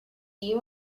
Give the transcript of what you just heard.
you